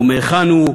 מהיכן הוא,